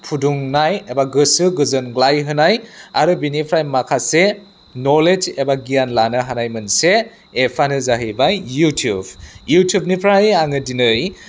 फुदुंनाय एबा गोसो गोजोनग्लाय होनाय आरो बिनिफ्राय माखासे न'लेज एबा गियान लानो हानाय मोनसे एपआनो जाहैबाय इउटुब इउटुबनिफ्राय आङो दिनै